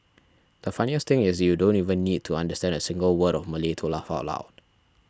the funniest thing is that you don't even need to understand a single word of Malay to laugh out loud